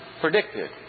predicted